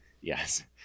Yes